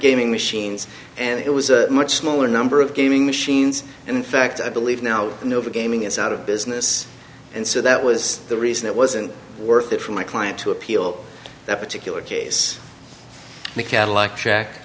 gaming machines and it was a much smaller number of gaming machines in fact i believe now than over gaming is out of business and so that was the reason it wasn't worth it for my client to appeal that particular case the cadillac track